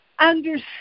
Understand